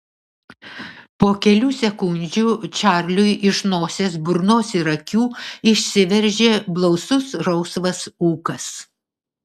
po kelių sekundžių čarliui iš nosies burnos ir akių išsiveržė blausus rausvas ūkas